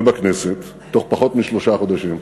ובכנסת, תוך פחות משלושה חודשים.